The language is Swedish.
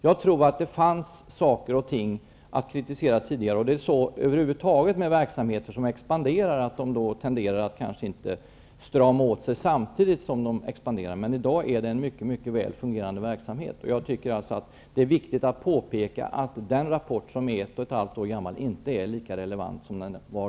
Jag tror att det fanns saker och ting att kritisera tidigare -- det är över huvud taget så med verksamheter som expanderar, att de inte brukar strama åt samtidigt -- men i dag är det alltså en mycket väl fungeranmde verksamhet. Det är därför viktigt att påpeka att den rapport som är ett och ett halvt år gammal inte är relevant i dag.